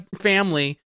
family